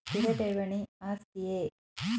ಸ್ಥಿರ ಠೇವಣಿ ಆಸ್ತಿಯೇ?